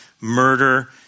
murder